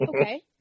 Okay